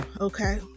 okay